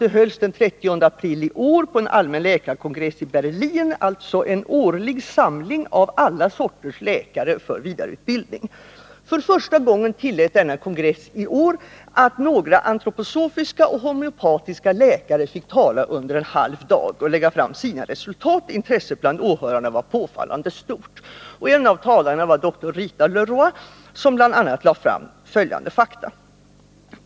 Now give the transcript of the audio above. Det hölls den 30 april i år på en allmän läkarkongress i Berlin, alltså en årlig samling av alla sorters läkare för vidareutbildning. För första gången tillät denna kongress i år att några antroposofiska och homeopatiska läkare fick tala under en halv dag och lägga fram sina resultat. Intresset bland åhörarna var påfallande stort. En av talarna var dr Rita Leroi, som bl.a. lade fram följande fakta.